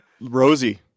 Rosie